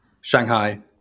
Shanghai